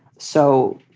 so,